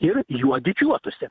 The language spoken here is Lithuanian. ir juo didžiuotųsi